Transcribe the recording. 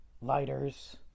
lighters